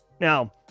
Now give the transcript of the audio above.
Now